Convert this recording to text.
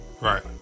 Right